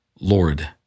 Lord